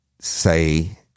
say